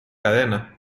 cadena